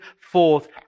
forth